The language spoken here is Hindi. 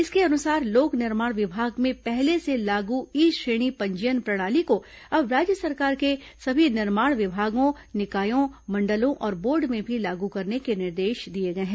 इसके अनुसार लोक निर्माण विभाग में पहले से लागू ई श्रेणी पंजीयन प्रणाली को अब राज्य सरकार के सभी निर्माण विभागों निकायों मंडलों और बोर्ड में भी लागू करने के निर्देश दिए गए हैं